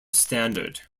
standard